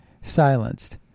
silenced